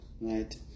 Right